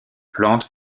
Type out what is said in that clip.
plante